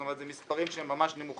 זאת אומרת, אלה מספרים שהם ממש נמוכים.